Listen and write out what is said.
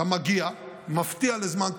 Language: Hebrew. אתה מגיע, מפתיע לזמן קצר,